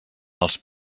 els